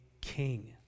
king